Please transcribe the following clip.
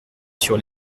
sur